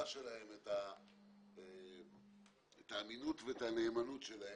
שלהם ואת האמינות ואת הנאמנות שלהם.